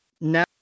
now